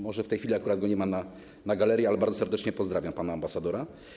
Może w tej chwili nie ma go akurat na galerii, ale bardzo serdecznie pozdrawiam pana ambasadora.